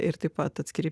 ir taip pat atskiri